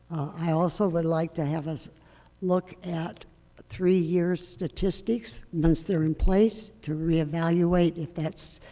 i also would like to have us look at three year stat ticks ticks once they're in place to reevaluate if that's,